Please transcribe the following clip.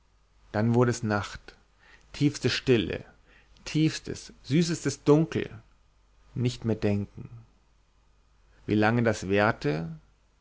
dann wurde es nacht tiefste stille tiefstes süßestes dunkel nicht mehr denken wie lange das währte